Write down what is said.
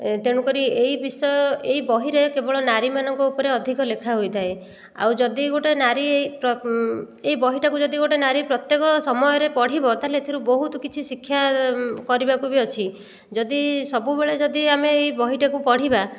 ଏ ତେଣୁ କରି ଏଇ ବିଷୟ ଏଇ ବହିରେ କେବଳ ନାରୀମାନଙ୍କ ଉପରେ ଅଧିକ ଲେଖା ହୋଇଥାଏ ଆଉ ଯଦି ଗୋଟିଏ ନାରୀ ଏହି ବହିଟାକୁ ଯଦି ଗୋଟିଏ ନାରୀ ପ୍ରତ୍ୟେକ ସମୟରେ ପଢ଼ିବ ତାହେଲେ ଏଥିରୁ ବହୁତ କିଛି ଶିକ୍ଷା କରିବାକୁ ବି ଅଛି ଯଦି ସବୁବେଳେ ଯଦି ଆମେ ଏହି ବହିଟାକୁ ପଢ଼ିବା